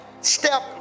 step